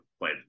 played